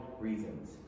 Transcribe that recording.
reasons